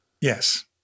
Yes